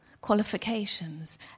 qualifications